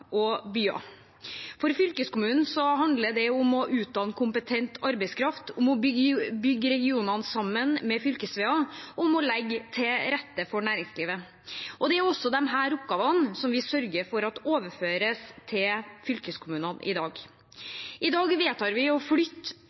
og byer. For fylkeskommunen handler det om å utdanne kompetent arbeidskraft, om å bygge regionene sammen med fylkesveier og om å legge til rette for næringslivet. Det er også disse oppgavene vi sørger for at overføres til fylkeskommunene i dag. I dag vedtar vi å flytte